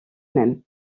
même